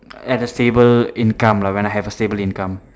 at a stable income lah when I have a stable income